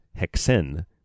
hexen